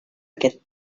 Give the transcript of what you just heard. aquest